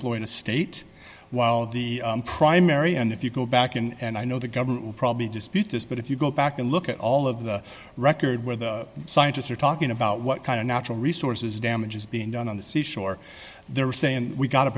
florida state while the primary and if you go back and i know the government will probably dispute this but if you go back and look at all of the record where the scientists are talking about what kind of natural resources damage is being done on the sea shore they were saying we've got